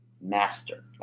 master